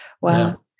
Wow